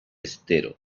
estero